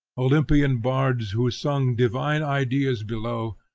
olympian bards who sung divine ideas below,